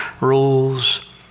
rules